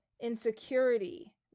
insecurity